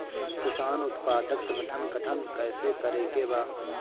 किसान उत्पादक संगठन गठन कैसे करके बा?